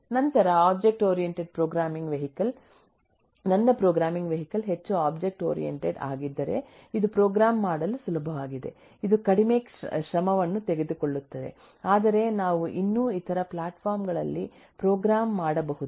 ನಂತರ object oriented programming vehicle ನನ್ನ programming vehicle ಹೆಚ್ಚು ಒಬ್ಜೆಕ್ಟ್ ಓರಿಯೆಂಟೆಡ್ ಆಗಿದ್ದರೆಇದು ಪ್ರೋಗ್ರಾಂ ಮಾಡಲು ಸುಲಭವಾಗಿದೆ ಇದು ಕಡಿಮೆ ಶ್ರಮವನ್ನು ತೆಗೆದುಕೊಳ್ಳುತ್ತದೆ ಆದರೆ ನಾವು ಇನ್ನೂ ಇತರ ಪ್ಲಾಟ್ಫಾರ್ಮ್ ಗಳಲ್ಲಿ ಪ್ರೋಗ್ರಾಂ ಮಾಡಬಹುದು